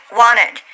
wanted